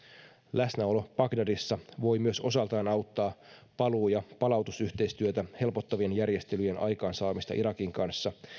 läsnäolo bagdadissa voi myös osaltaan auttaa paluu ja palautusyhteistyötä helpottavien järjestelyjen aikaansaamista irakin kanssa